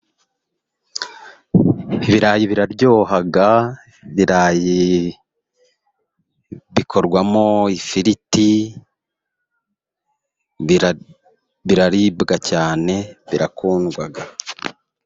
Ibirayi biraryoha. Ibirayi bikorwamo ifiriti biraribwa cyane birakundwa.